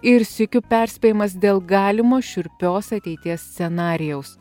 ir sykiu perspėjimas dėl galimo šiurpios ateities scenarijaus